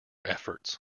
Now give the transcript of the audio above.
efforts